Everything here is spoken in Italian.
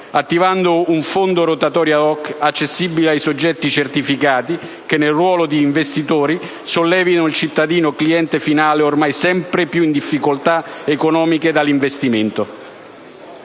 attivando un fondo rotativo ad hoc accessibile ai soggetti certificati che, nel ruolo di investitori, sollevino il cittadino cliente finale, ormai sempre piu in difficolta` economiche, dall’investimento.